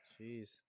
jeez